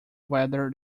whether